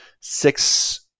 six